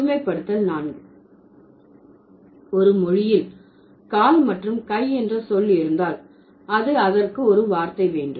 பொதுமைப்படுத்தல் நான்கு ஒரு மொழியில் கால் மற்றும் கை என்ற சொல் இருந்தால் அது அதற்கு ஒரு வார்த்தை வேண்டும்